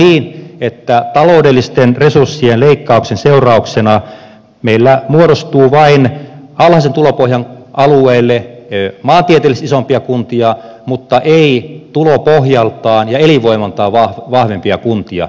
mutta nyt käy niin että taloudellisten resurssien leikkauksen seurauksena meillä muodostuu alhaisen tulopohjan alueelle vain maantieteellisesti isompia kuntia mutta ei tulopohjaltaan ja elinvoimaltaan vahvempia kuntia